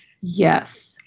Yes